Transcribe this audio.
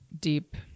Deep